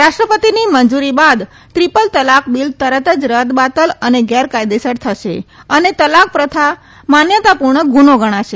રાષ્ટ્રપતિની મંજૂરી બાદ ટ્રિપલ તલાક બિલ તરત જ રદબાતલ અને ગેરકાયદેસર થશે અને તલાક પ્રથા માન્યતાપૂર્ણ ગુનો ગણાશે